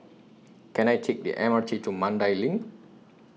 Can I Take The M R T to Mandai LINK